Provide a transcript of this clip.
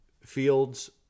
Fields